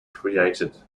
created